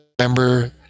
remember